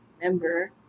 member